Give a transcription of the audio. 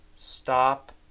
Stop